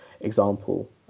example